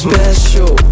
Special